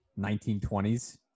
1920s